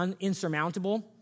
insurmountable